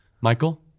Michael